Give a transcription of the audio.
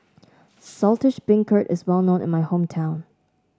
Saltish Beancurd is well known in my hometown